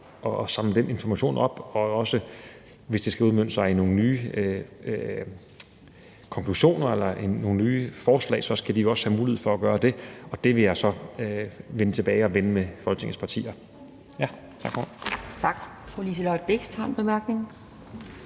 at samle den information op. Og hvis det også skal udmønte sig i nogle nye konklusioner eller nogle nye forslag, skal de jo også have mulighed for at gøre det. Og det vil jeg så vende tilbage til og vende med Folketingets partier. Tak for ordet. Kl. 17:54 Anden næstformand